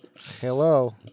Hello